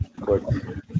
Good